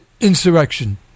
insurrection